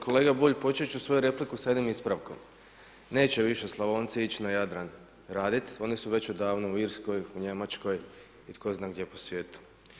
Kolega Bulj, početi ću svoju repliku sa jednim ispravkom, neće više Slavonci na Jadran raditi, oni su već odavno u Irskoj u Njemačkoj i tko zna gdje u svijetu.